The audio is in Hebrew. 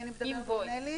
מה שמפורט זה הכללים,